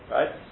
Right